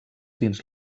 dins